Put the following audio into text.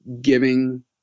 giving